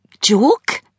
joke